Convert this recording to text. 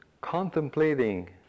contemplating